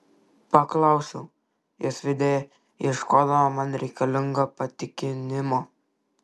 paklausiau jos veide ieškodama man reikalingo patikinimo